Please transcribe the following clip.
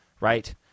right